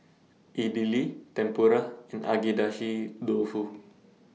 Idili Tempura and Agedashi Dofu